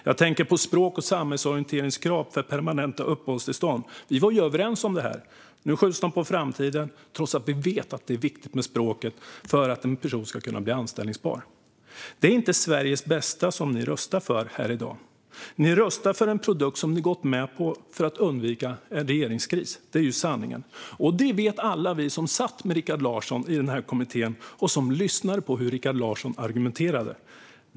Jag tänker på språk och samhällsorienteringskrav för permanenta uppehållstillstånd. Vi var ju överens om det här. Nu skjuts de på framtiden, trots att vi vet att språket är viktigt för att en person ska kunna bli anställbar. Det är inte Sveriges bästa som ni röstar för här i dag. Ni röstar för en produkt som ni har gått med på att för undvika en regeringskris. Det är sanningen, och det vet alla vi som satt med Rikard Larsson i kommittén och som lyssnade på hur Rikard Larsson argumenterade.